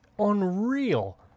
unreal